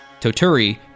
Toturi